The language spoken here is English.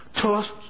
tossed